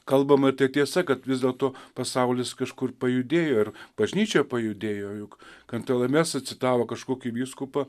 kalbama tai tiesa kad vis dėlto pasaulis kažkur pajudėjo ir bažnyčia pajudėjo juk kantalamesa citavo kažkokį vyskupą